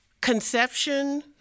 conception